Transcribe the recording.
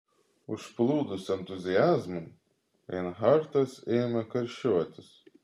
užplūdus entuziazmui reinhartas ėmė karščiuotis